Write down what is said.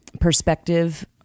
perspective